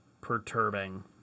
perturbing